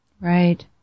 Right